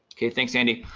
okay thanks andy.